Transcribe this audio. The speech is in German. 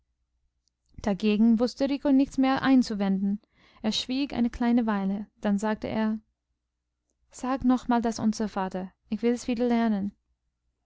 dagegen wußte rico nichts mehr einzuwenden er schwieg eine kleine weile dann sagte er sag noch einmal das unser vater ich will's wieder lernen